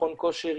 מכון כושר,